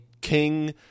king